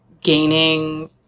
gaining